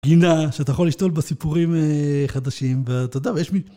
גינה, שאתה יכול לשתול בה סיפורים חדשים, ואתה יודע, ויש מי...